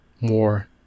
more